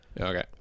Okay